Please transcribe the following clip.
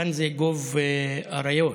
כאן זה גוב אריות.